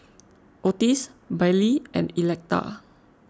Ottis Bailee and Electa